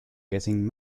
getting